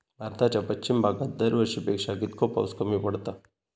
भारताच्या पश्चिम भागात दरवर्षी पेक्षा कीतको पाऊस कमी पडता?